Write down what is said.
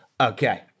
okay